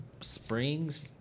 Springs